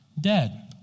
dead